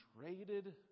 traded